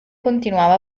continuava